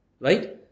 right